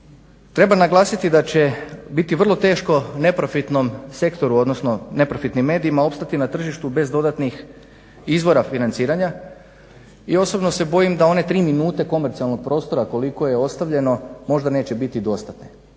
Treba naglasiti da će biti vrlo teško neprofitnom sektoru odnosno neprofitnim medijima opstati na tržištu bez dodatnih izvora financiranja i osobno se bojim da one tri minute komercijalnog prostora koliko je ostavljeno možda neće biti dostatne.